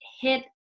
hit